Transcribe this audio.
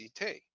CT